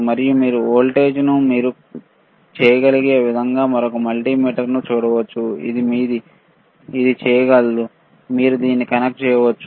మరియు మీరు వోల్టేజ్ ను మీరు చేయగలిగే విధంగా మరొక మల్టీమీటర్తో చూడవచ్చు ఇది మీది ఇది చేయగలదు మీరు దీన్ని కనెక్ట్ చేయవచ్చు